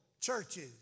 churches